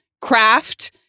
craft